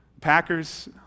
Packers